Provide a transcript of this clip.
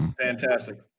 Fantastic